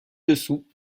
dessous